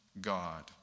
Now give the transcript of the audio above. God